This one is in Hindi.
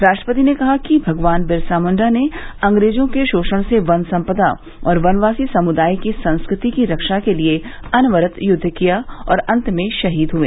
राष्ट्रपति ने कहा कि भगवान बिरसा मुंडा ने अंग्रेजों के शोषण से वन संपदा और वनवासी समुदाय की संस्कृति की रक्षा के लिए अनवरत युद्ध किया और अंत में शहीद हुए